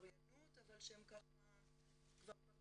העבריינות אבל הם כבר בכיוון,